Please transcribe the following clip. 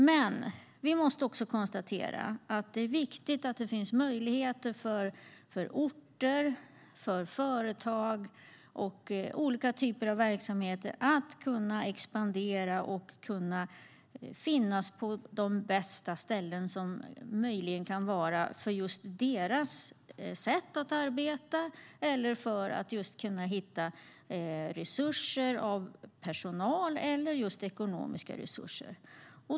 Men vi måste också konstatera att det är viktigt att det finns möjligheter för orter, företag och olika typer av verksamheter att expandera och finnas på de bästa möjliga ställena för just deras sätt att arbeta eller för att hitta personalresurser eller ekonomiska resurser.